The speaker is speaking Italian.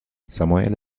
samuele